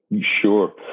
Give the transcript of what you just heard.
Sure